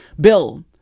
Bill